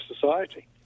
society